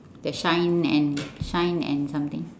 the shine and shine and something